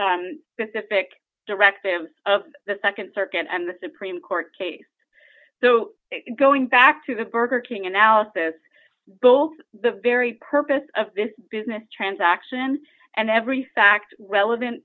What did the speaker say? specific direct him of the nd circuit and the supreme court case so going back to the burger king analysis both the very purpose of this business transaction and every fact relevant